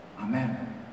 Amen